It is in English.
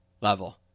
level